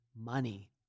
money